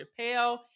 Chappelle